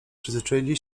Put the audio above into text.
przyzwyczaili